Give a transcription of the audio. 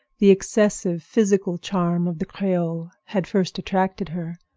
the excessive physical charm of the creole had first attracted her,